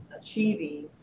achieving